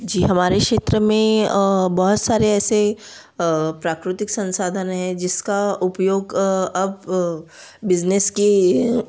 जी हमारे क्षेत्र में बहुत सारे ऐसे प्राकृतिक संसाधन है जिसका उपयोग अब बिज़नेस के